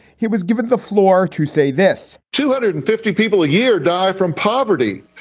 he was given the floor to say this two hundred and fifty people a year die from poverty.